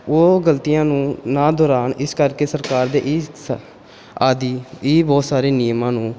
ਉਹ ਗਲਤੀਆਂ ਨੂੰ ਨਾ ਦੁਹਰਾਉਣ ਇਸ ਕਰਕੇ ਸਰਕਾਰ ਦੇ ਇਸ ਆਦਿ ਇਹ ਬਹੁਤ ਸਾਰੇ ਨਿਯਮਾਂ ਨੂੰ